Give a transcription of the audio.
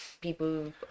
people